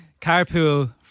Carpool